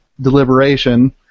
deliberation